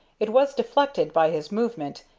it was deflected by his movement,